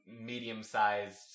medium-sized